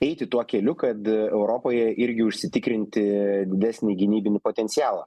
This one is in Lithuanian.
eiti tuo keliu kad europoje irgi užsitikrinti didesnį gynybinį potencialą